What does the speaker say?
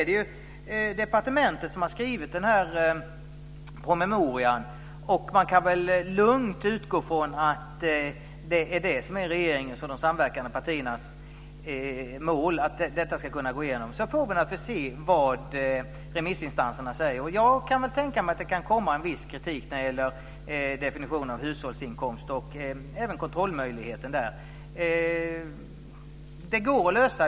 Det är departementet som har skrivit den här promemorian. Man kan lugnt utgå ifrån att det är regeringens och de samverkande partiernas mål att detta ska kunna gå igenom. Sedan får vi naturligtvis se vad remissinstanserna säger. Jag kan tänka mig att det kan komma en viss kritik när det gäller definitionen av hushållsinkomster och även när det gäller kontrollmöjligheten där. Det går att lösa.